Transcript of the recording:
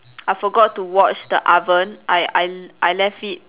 I forgot to watch the oven I I I left it